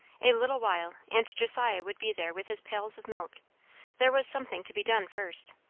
a little while, and josiah would be there with his pails of milk there was something to be done first.